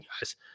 guys